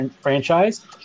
franchise